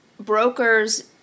Brokers